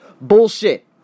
bullshit